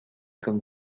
comme